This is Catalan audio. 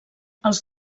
els